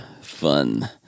fun